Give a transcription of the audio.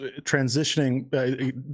transitioning